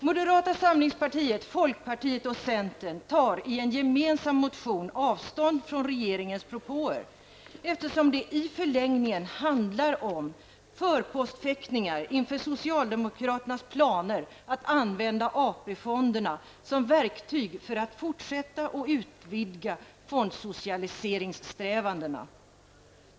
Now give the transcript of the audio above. Moderata samlingspartiet, folkpartiet och centern tar i en gemensam motion avstånd från regeringens propåer, eftersom det i förlängningen handlar om förpostfäktningar inför socialdemokraternas planer att använda AP-fonderna som verktyg för att fortsätta och utvidga fondsocialiseringssträvandena.